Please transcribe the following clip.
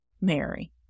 Mary